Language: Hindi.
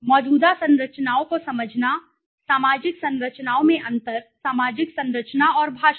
मौजूदा संरचनाओं को समझना सामाजिक संरचनाओं में अंतर सामाजिक संरचना और भाषा